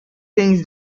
things